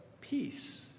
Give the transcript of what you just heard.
Peace